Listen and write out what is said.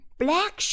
black